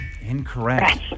Incorrect